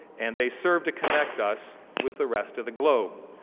and they serve to connect us with the rest of the globe.